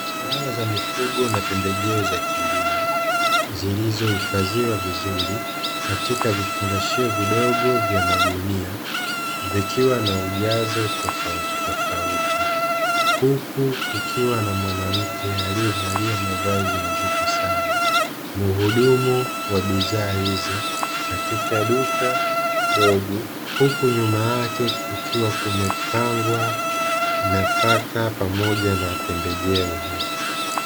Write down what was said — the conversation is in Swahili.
Dawa za mifugo na pembejeo za kilimo, zilizohifadhiwa vizuri katika vifungashio vidogo vya magunia vikiwa na ujazo tofauti tofauti, huku kukiwa na mwanamke aliyevalia mavazi nadhifu sana muhudumu wa bidhaa hizo katika duka dogo huku nyuma yake kukiwa kumepangwa nafaka pamoja na pembejeo hizi.